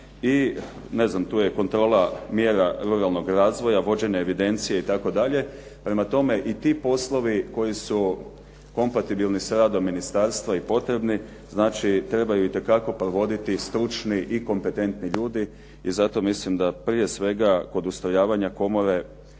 i ne znam tu je kontrola mjera ruralnog razvoja, vođenje evidencije itd. Prema tome, i ti poslovi koji su kompatibilni s radom ministarstva i potrebni znači trebaju itekako provoditi stručni i kompetentni ljudi i zato mislim da prije svega kod ustrojavanja komore